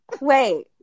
Wait